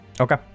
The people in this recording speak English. okay